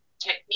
technique